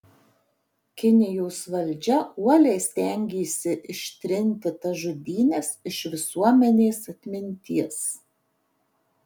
kinijos valdžia uoliai stengėsi ištrinti tas žudynes iš visuomenės atminties